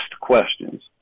questions